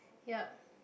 yup